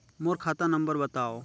मोर खाता नम्बर बताव?